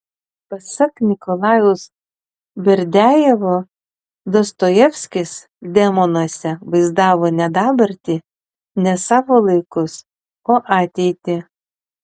pasak nikolajaus berdiajevo dostojevskis demonuose vaizdavo ne dabartį ne savo laikus o ateitį